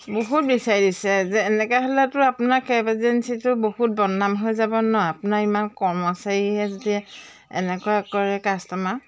বহুত বিচাৰিছে যে এনেকৈ হ'লেতো আপোনাৰ কেব এজেঞ্চিটো বহুত বদনাম হৈ যাব ন আপোনা ইমান কৰ্মচাৰীয়ে যে এনেকুৱা কৰে কাষ্টমাৰক